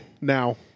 now